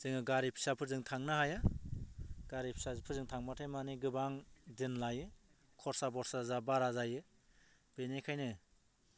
जोङो गारि फिसाफोरजों थांनो हाया गारि फिसाफोरजों थांबाथाय माने गोबां दिन लायो खरसा बरसा जा बारा जायो बेनिखायनो